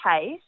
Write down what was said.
case